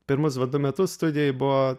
pirmus va du metus studijoj buvo